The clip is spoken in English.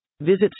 Visit